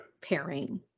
pairing